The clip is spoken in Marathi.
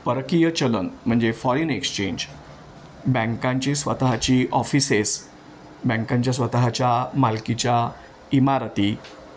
परकीय चलन म्हणजे फॉरन एक्सचेंज बँकांची स्वतःची ऑफिसेस बँकांच्या स्वतःच्या मालकीच्या इमारती